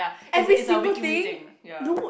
is a is a Wee-Kim-Wee thing ya